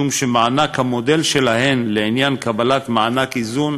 משום שמענק המודל שלהן לעניין קבלת מענק איזון